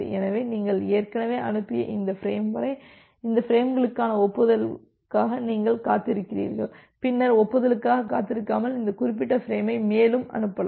எனவே நீங்கள் ஏற்கனவே அனுப்பிய இந்த ஃபிரேம் வரை இந்த பிரேம்களுக்கான ஒப்புதலுக்காக நீங்கள் காத்திருக்கிறீர்கள் பின்னர் ஒப்புதலுக்காக காத்திருக்காமல் இந்த குறிப்பிட்ட ஃபிரேமை மேலும் அனுப்பலாம்